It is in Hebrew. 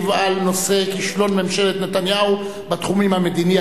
על נושא: כישלון ממשלת נתניהו בתחומים המדיני,